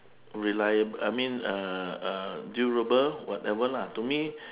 reliable I mean uh uh durable whatever lah to me